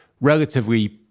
relatively